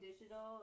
Digital